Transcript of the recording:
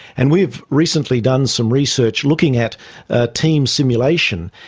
and we've recently done some research looking at ah team simulation,